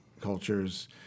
cultures